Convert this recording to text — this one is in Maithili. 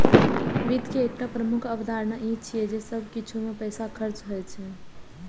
वित्त के एकटा प्रमुख अवधारणा ई छियै जे सब किछु मे पैसा खर्च होइ छै